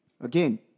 again